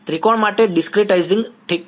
ત્રિકોણ માટે ડિસ્ક્રિટાઈઝિંગ ઠીક છે